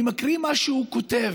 אני מקריא מה שהוא כותב,